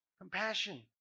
compassion